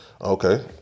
Okay